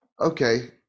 okay